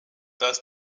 dass